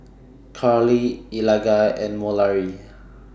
Karlee Eligah and Mallorie